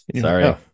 Sorry